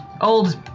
old